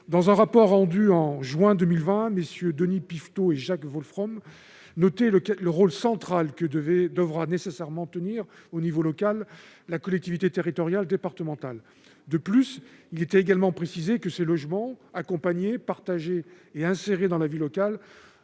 Dans un rapport rendu au mois de juin 2020, MM. Denis Piveteau et Jacques Wolfrom notaient le rôle central que devra nécessairement jouer, à l'échelon local, la collectivité territoriale départementale. Ils précisaient également que ces logements accompagnés, partagés et insérés dans la vie locale